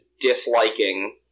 disliking